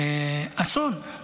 אסון,